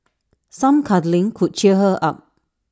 some cuddling could cheer her up